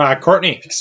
Courtney